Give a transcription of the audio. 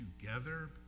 together